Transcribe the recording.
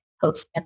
post